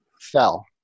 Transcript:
fell